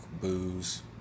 booze